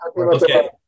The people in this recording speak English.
Okay